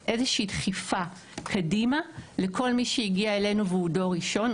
דחיפה קדימה לכל מי שהגיע אלינו והוא דור ראשון,